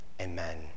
Amen